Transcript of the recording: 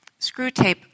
Screwtape